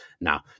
Now